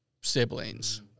siblings